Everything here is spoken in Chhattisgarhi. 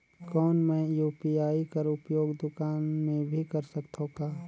कौन मै यू.पी.आई कर उपयोग दुकान मे भी कर सकथव का?